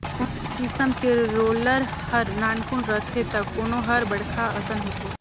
कोनो किसम के रोलर हर नानकुन रथे त कोनो हर बड़खा असन होथे